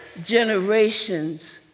generations